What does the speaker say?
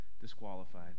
disqualified